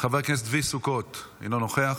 חבר הכנסת צבי סוכות, אינו נוכח,